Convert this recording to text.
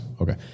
Okay